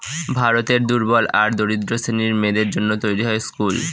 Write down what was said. ভারতের দুর্বল আর দরিদ্র শ্রেণীর মেয়েদের জন্য তৈরী হয় স্কুল